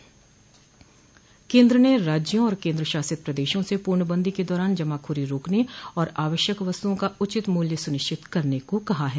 केन्द्र ने राज्यों और केन्द्रशासित प्रदेशों से पूर्णबंदी के दौरान जमाखोरी रोकने और आवश्यक वस्तुओं का उचित मूल्य सुनिश्चित करने को कहा ह